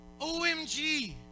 OMG